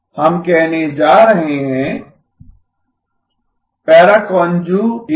हम कहने जा रहे हैं पैरा कांजुगेट